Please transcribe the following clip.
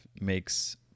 makes